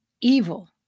evil